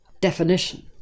definition